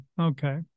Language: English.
okay